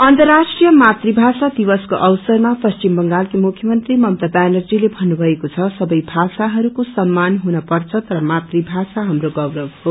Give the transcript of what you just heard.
अर्न्तराष्ट्रिय मातृभाषा दिवसमाको अवसरमा पश्विम बंगालकी मुख्यमंत्रीममता व्यानर्जीजे भन्नुभएको छ सबै भाषाहरूको सममान हुन पर्छ तर मातृभाषा हाम्रो गौरवहो